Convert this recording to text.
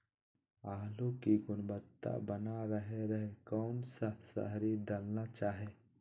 आलू की गुनबता बना रहे रहे कौन सा शहरी दलना चाये?